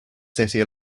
city